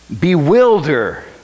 bewilder